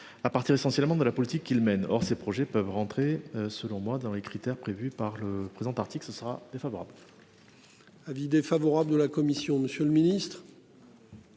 À partir essentiellement de la politique qu'il mène. Or ces projets peuvent rentrer. Selon moi, dans les critères prévus par le présent article ce sera défavorable. Avis défavorable de la commission. Monsieur le Ministre.